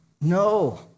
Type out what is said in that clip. no